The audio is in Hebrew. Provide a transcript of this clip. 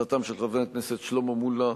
של חברי הכנסת שלמה מולה,